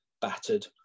battered